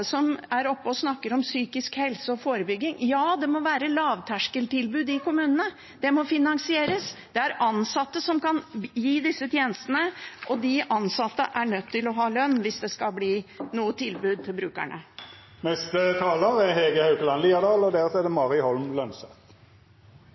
som er oppe og snakker om psykisk helse og forebygging: Ja, det må være lavterskeltilbud i kommunene. Det må finansieres. Det er ansatte som kan gi disse tjenestene, og de ansatte er nødt til å ha lønn hvis det skal bli et tilbud til brukerne. Politikk skal være et verktøy for å nå mål. Folkevalgte skal kunne gi svar på spørsmålene som stilles, og